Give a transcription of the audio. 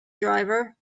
driver